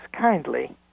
kindly